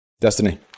Destiny